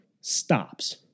stops